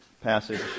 passage